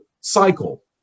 cycle